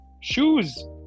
Shoes